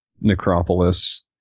Necropolis